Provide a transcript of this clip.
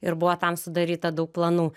ir buvo tam sudaryta daug planų